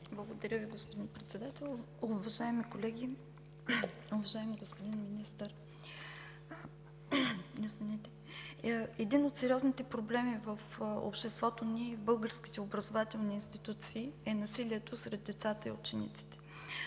Благодаря Ви, господин Председател. Уважаеми колеги, уважаеми господин Министър! Един от сериозните проблеми в обществото ни и в българските образователни институции е насилието сред децата и учениците.